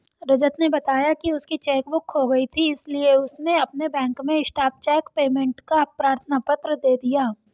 रजत ने बताया की उसकी चेक बुक खो गयी थी इसीलिए उसने अपने बैंक में स्टॉप चेक पेमेंट का प्रार्थना पत्र दे दिया